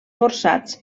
forçats